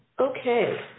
Okay